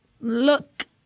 look